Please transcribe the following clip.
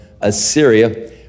Assyria